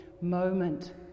moment